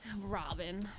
Robin